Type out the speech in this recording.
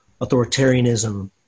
authoritarianism